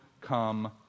come